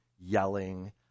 yelling